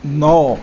नओ